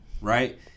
Right